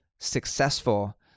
Successful